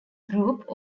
group